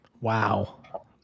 Wow